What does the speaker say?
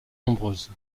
nombreuses